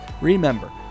remember